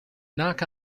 knock